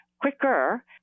quicker